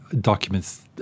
documents